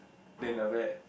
then after that